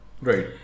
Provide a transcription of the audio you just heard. Right